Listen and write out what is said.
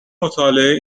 مطالعه